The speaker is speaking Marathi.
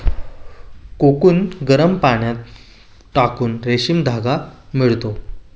कोकून गरम पाण्यात टाकून रेशीम धागा मिळतो